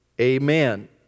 Amen